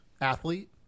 athlete